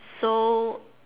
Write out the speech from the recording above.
so